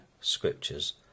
scriptures